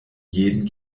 jeden